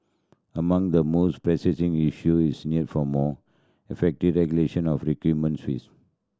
among the most issue is near for more effective regulation of recruitment treats